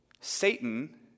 Satan